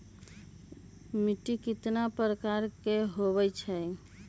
मिट्टी कतना प्रकार के होवैछे?